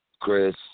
Chris